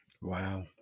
wow